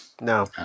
No